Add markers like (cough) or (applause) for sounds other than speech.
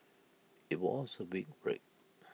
IT was A big break (noise)